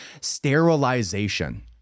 sterilization